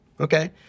okay